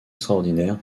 extraordinaire